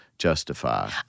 justify